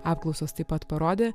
apklausos taip pat parodė